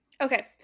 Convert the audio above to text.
Okay